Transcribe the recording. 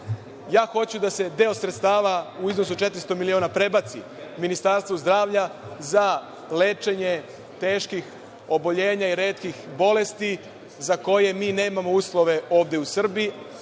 da se deo sredstava u iznosu od 400 miliona prebaci Ministarstvu zdravlja za lečenje teških oboljenja i retkih bolesti za koje mi nemam uslove ovde u Srbiji,